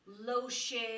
lotion